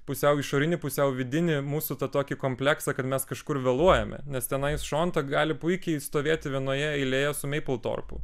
pusiau išorinį pusiau vidinį mūsų tą tokį kompleksą kad mes kažkur vėluojame nes tenai šonta gali puikiai stovėti vienoje eilėje su meipil torpu